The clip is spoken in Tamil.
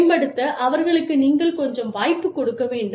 மேம்படுத்த அவர்களுக்கு நீங்கள் கொஞ்சம் வாய்ப்பு கொடுக்க வேண்டும்